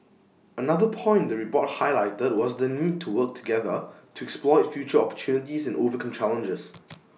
another point the report highlighted was the need to work together to exploit future opportunities and overcome challenges